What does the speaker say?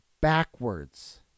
backwards